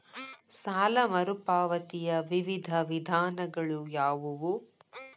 ಸಾಲ ಮರುಪಾವತಿಯ ವಿವಿಧ ವಿಧಾನಗಳು ಯಾವುವು?